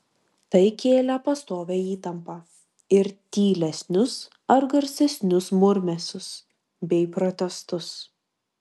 tai kėlė pastovią įtampą ir tylesnius ar garsesnius murmesius bei protestus